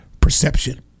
perception